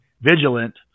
Vigilant